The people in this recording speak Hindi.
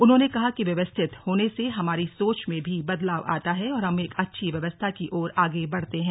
उन्होंने कहा कि व्यवस्थित होने से हमारी सोच में भी बदलाव आता है और हम एक अच्छी व्यवस्था की ओर आगे बढ़ते हैं